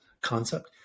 concept